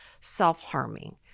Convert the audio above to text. self-harming